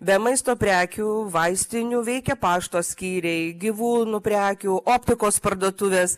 be maisto prekių vaistinių veikia pašto skyriai gyvūnų prekių optikos parduotuvės